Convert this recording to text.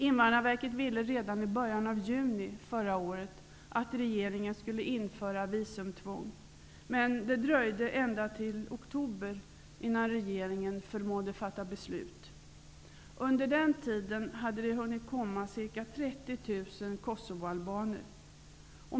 Invandrarverket ville redan i början av juni förra året att regeringen skulle införa visumtvång, men det dröjde ända till oktober innan regeringen förmådde fatta beslut. Under den tiden hade det hunnit komma ca 30 000 kosovoalbaner.